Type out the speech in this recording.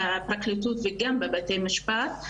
מול הפרקליטות וגם בבתי המשפט,